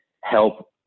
help